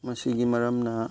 ꯃꯁꯤꯒꯤ ꯃꯔꯝꯅ